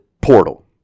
portal